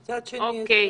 מצד שני, אסתר,